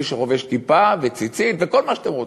כמי שחובש כיפה וציצית וכל מה שאתם רוצים,